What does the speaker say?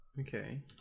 Okay